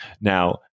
Now